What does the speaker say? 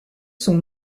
sont